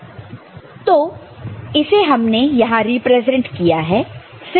तो इसे हमने यहां रिप्रेजेंट किया है